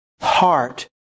Heart